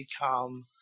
become